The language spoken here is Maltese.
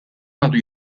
għadu